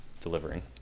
delivering